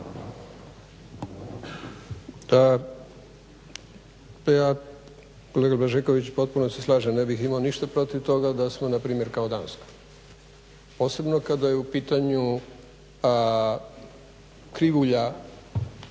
ja kolega Blažeković potpuno se slažem ne bih imao ništa protiv toga da smo na primjer kao Danska, posebno kada je u pitanju krivulja